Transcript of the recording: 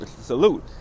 Salute